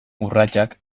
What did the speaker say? urratsak